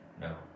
no